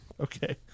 Okay